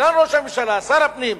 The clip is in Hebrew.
סגן ראש הממשלה, שר הפנים,